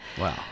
Wow